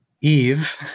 Eve